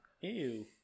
Ew